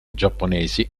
giapponesi